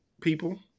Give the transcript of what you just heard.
people